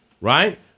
right